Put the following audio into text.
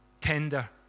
tender